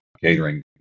catering